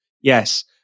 yes